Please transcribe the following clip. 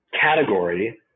category